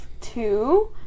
two